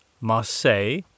Marseille